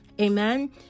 Amen